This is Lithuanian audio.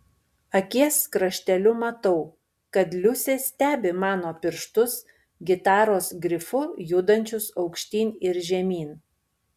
akies krašteliu matau kad liusė stebi mano pirštus gitaros grifu judančius aukštyn ir žemyn